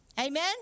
amen